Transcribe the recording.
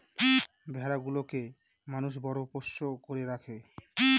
ভেড়া গুলোকে মানুষ বড় পোষ্য করে রাখে